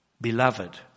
beloved